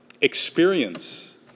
experience